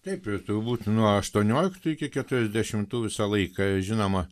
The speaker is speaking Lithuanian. taip ir turbūt nuo aštuonioliktų iki keturiasdešimų visą laiką žinoma